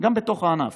בתוך הענף,